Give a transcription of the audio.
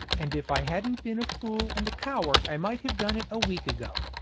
and if i hadn't been a fool and a coward i might have done it a week ago,